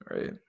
right